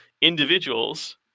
individuals